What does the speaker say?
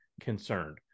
concerned